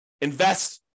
invest